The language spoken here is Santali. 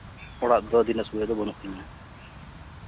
ᱚᱲᱟᱜ ᱫᱚ ᱤᱫᱤ ᱨᱮᱱᱟᱜ ᱥᱩᱵᱤᱫᱷᱟ ᱫᱚ ᱵᱟᱹᱱᱩᱜ ᱛᱤᱧᱟᱹ